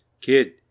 Kid